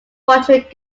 portrait